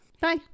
Bye